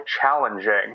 challenging